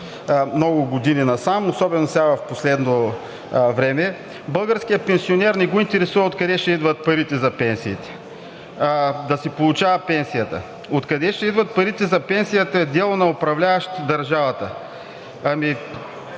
много години насам, особено в последно време. Българският пенсионер не го интересува откъде ще идват парите за пенсиите, а да си получава пенсията. Откъде ще идват парите за пенсията е дело на управляващите държавата.